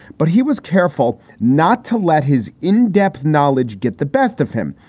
but he was careful not to let his in-depth knowledge get the best of him.